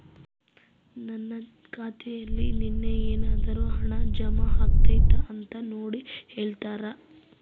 ನನ್ನ ಖಾತೆಯಲ್ಲಿ ನಿನ್ನೆ ಏನಾದರೂ ಹಣ ಜಮಾ ಆಗೈತಾ ಅಂತ ನೋಡಿ ಹೇಳ್ತೇರಾ?